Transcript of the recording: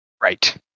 Right